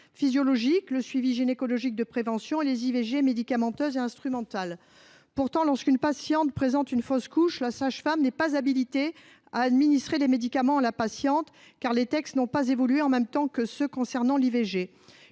physiologiques, le suivi gynécologique de prévention et les interruptions volontaires de grossesse médicamenteuses et instrumentales. Pourtant, lorsqu'une patiente présente une fausse couche, la sage-femme n'est pas habilitée à lui administrer les médicaments adéquats, car les textes n'ont pas évolué en même temps que ceux qui concernent l'IVG.